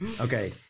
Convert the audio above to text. okay